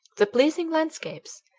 the pleasing landscapes,